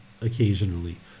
occasionally